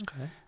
Okay